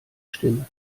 stimme